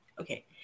okay